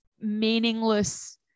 meaningless